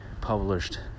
published